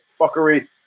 fuckery